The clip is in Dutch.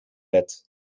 bed